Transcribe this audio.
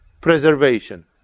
preservation